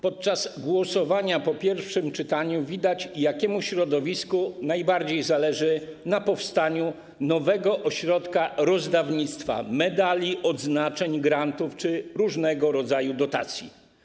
Podczas głosownia po pierwszym czytaniu widać było, jakiemu środowisku najbardziej zależy na powstaniu nowego ośrodka rozdawnictwa medali, odznaczeń, grantów czy różnego rodzaju dotacji.